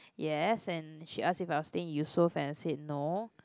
yes and she ask if I was staying at Yusof and I said no